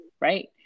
right